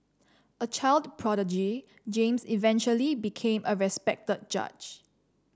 a child prodigy James eventually became a respected judge